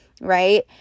right